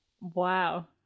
Wow